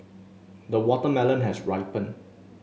the watermelon has ripened